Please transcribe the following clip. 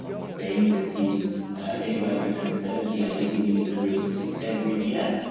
spain receives anywhere between seventy and eighty million tourists every year,